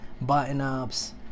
button-ups